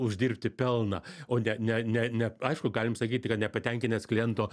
uždirbti pelną o ne ne ne aišku galim sakyti nepatenkinęs kliento